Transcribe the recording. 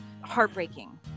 heartbreaking